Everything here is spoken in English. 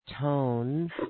tones